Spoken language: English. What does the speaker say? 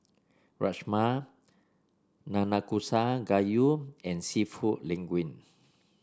Rajma Nanakusa Gayu and seafood Linguine